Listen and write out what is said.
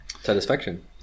satisfaction